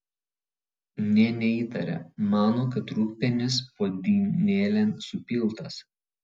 nė neįtaria mano kad rūgpienis puodynėlėn supiltas